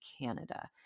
Canada